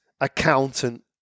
accountant